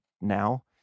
now